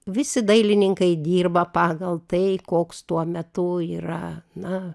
visi dailininkai dirba pagal tai koks tuo metu yra na